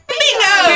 bingo